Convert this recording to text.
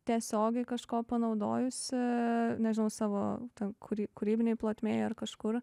tiesiogiai kažko panaudojusi nežinau savo ten kury kūrybinėj plotmėj ar kažkur